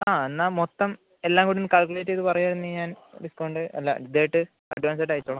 ആ എന്നാൽ മൊത്തം എല്ലാം കൂടിയൊന്ന് കാൽക്കുലേറ്റ് ചെയ്ത് പറയുവായിരുന്നെങ്കിൽ ഞാൻ ഡിസ്കൗണ്ട് അല്ല ഇതായിട്ട് അഡ്വാൻസ് ആയിട്ട് അയച്ചോളാം